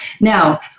Now